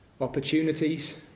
opportunities